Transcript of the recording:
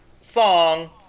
song